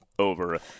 over